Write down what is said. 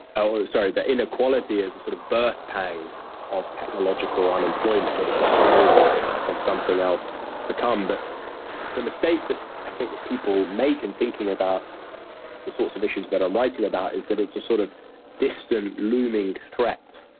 oh, sorry, the inequality is a sort of birth pangs of technological unemployment. that is a sign of something else to come. but the mistake that i think that people make in thinking about the sorts of issues that are writing about is that it's a sort of distant looming threat.